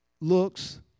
looks